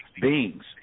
beings